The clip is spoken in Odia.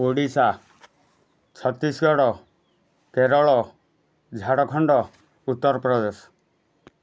ଓଡ଼ିଶା ଛତିଶଗଡ଼ କେରଳ ଝାଡ଼ଖଣ୍ଡ ଉତ୍ତରପ୍ରଦେଶ